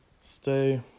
stay